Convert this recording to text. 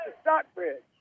Stockbridge